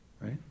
right